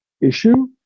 issue